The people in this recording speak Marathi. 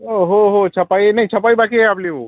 हो हो छपाई नाही छपाई बाकी आहे आपली भाऊ